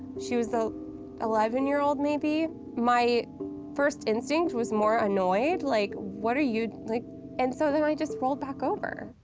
she was an eleven year old, maybe. my first instinct was more annoyed, like, what are you, like and so then i just rolled back over.